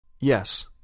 Yes